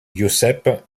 giuseppe